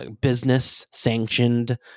business-sanctioned